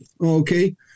okay